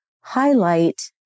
highlight